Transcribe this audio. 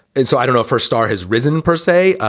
and so i don't know if her star has risen persay.